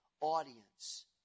audience